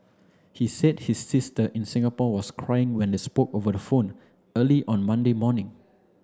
he said his sister in Singapore was crying when they spoke over the phone early on Monday morning